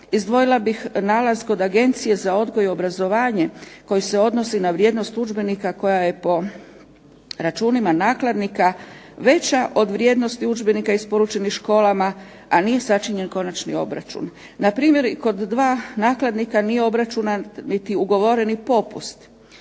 Izdvojila bih nalaz kod Agencije za odgoj i obrazovanje koji se odnosi na vrijednost udžbenika koja je po računima nakladnika veća od vrijednosti udžbenika isporučenih školama, a nije sačinjen konačni obračun. Npr. kod dva nakladnika nije obračunat niti ugovoreni popust.